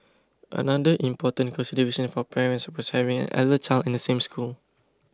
another important consideration for parents was having elder child in the same school